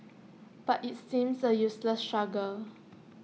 but IT seems A useless struggle